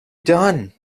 done